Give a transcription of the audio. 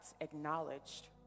acknowledged